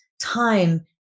time